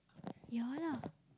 ya lah